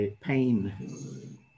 pain